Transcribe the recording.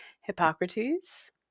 Hippocrates